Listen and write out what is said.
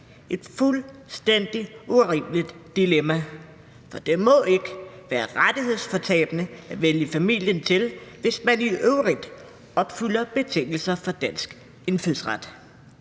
et fuldstændig urimeligt dilemma, for det må ikke være rettighedsfortabende at vælge familien til, hvis man i øvrigt opfylder betingelserne for dansk indfødsret.